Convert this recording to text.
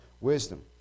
wisdom